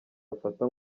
bafata